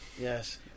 yes